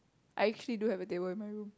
I actually do have a table in my room